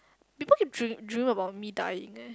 people keep dream dreaming about me dying eh